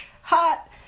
hot